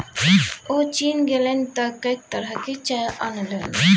ओ चीन गेलनि तँ कैंक तरहक चाय अनलनि